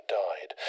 died